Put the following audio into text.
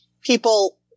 people